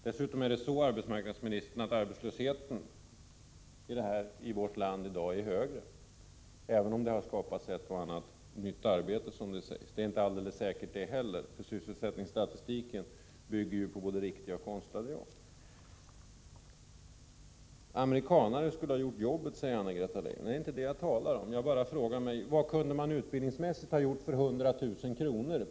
Dessutom är det så, arbetsmarknadsministern, att arbetslösheten i vårt land i dag är högre än tidigare, även om det har skapats ett och annat nytt arbete, som det sägs. Men det är inte alldeles säkert, för sysselsättningsstatistiken bygger ju på statistik över både riktiga och konstlade jobb. Amerikanare skulle ha gjort jobbet, säger Anna-Greta Leijon. Men det är inte det som jag talar om. Jag bara frågar: Vad kunde man utbildningsmässigt ha gjort för 100 000 kr.